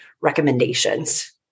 recommendations